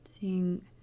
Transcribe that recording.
seeing